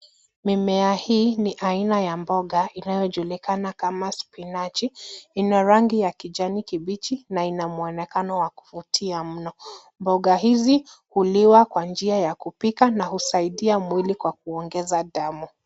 Mimea hii ni aina ya mboga inayojulikana kama spinachi. Ina rangi ya kijani kibichi na ina muonekano wa kuvutia mno. Mbogo hizi huliwa kwa njia ya kupika, na husaidia mwili kwa kuongeza damu .